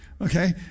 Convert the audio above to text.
okay